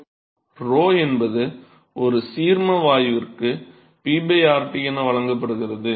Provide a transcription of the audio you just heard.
𝞺 என்பது ஒரு சீர்ம வாயுவிற்கு P RT என வழங்கப்படுகிறது